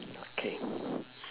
okay